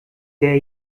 der